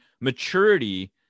maturity